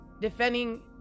defending